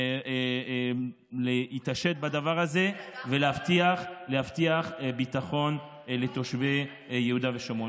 להתעשת בדבר הזה ולהבטיח ביטחון לתושבי יהודה ושומרון.